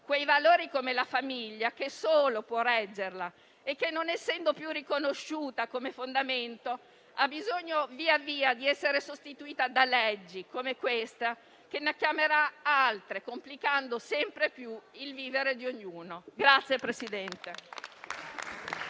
valori come la famiglia, che sola può reggerla e che, non essendo più riconosciuta come fondamento, ha bisogno di essere sostituita da leggi come questa, che ne chiamerà altre, complicando sempre più il vivere di ognuno.